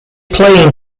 playing